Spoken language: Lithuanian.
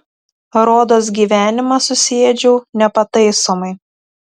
rodos gyvenimą susiėdžiau nepataisomai